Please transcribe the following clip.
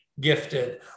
gifted